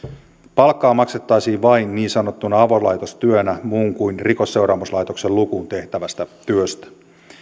palkkaa maksettaisiin vain niin sanottuna avolaitostyönä muun kuin rikosseuraamuslaitoksen lukuun tehtävästä työstä